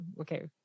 Okay